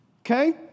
okay